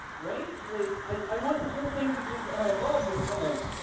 right? like i want the whole thing to just, and i love this image.